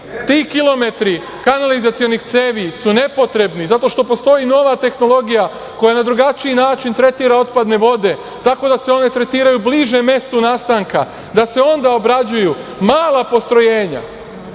ti kilometri kanalizacionih cevi su nepotrebni zato što postoji nova tehnologija koja na drugačiji način tretira otpadne vode, tako da se one tretiraju bliže mestu nastanka, da se onda obrađuju mala postrojenja,